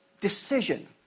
decision